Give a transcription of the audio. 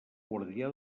guardià